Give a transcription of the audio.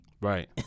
Right